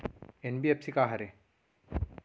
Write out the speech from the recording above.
NBFC का हरे?